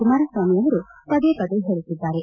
ಕುಮಾರಸ್ವಾಮಿ ಅವರು ಪದೇ ಪದೇ ಹೇಳುತ್ತಿದ್ದಾರೆ